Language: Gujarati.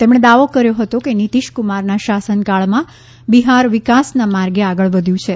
તેમણે દાવો કર્યો હતો કે નીતિશકુમારના શાસનકાળમાં બિહાર વિકાસના માર્ગે આગળ વધ્યું છે